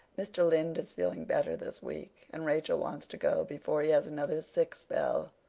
mr. lynde is feeling better this week and rachel wants to go before he has another sick spell.